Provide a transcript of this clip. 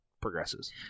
progresses